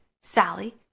Sally